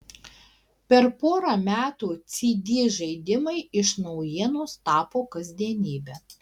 per porą metų cd žaidimai iš naujienos tapo kasdienybe